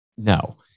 No